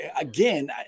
again